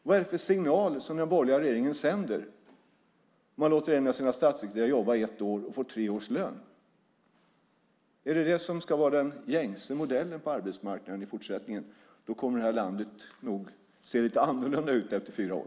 Vad är det för signal som den borgerliga regeringen sänder när man låter en av sina statssekreterare jobba i ett år och få tre års lön? Är det detta som ska vara den gängse modellen på arbetsmarknaden i fortsättningen? Då kommer nog det här landet att se lite annorlunda ut efter fyra år.